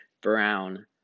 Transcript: Brown